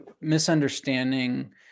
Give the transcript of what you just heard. misunderstanding